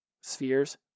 Spheres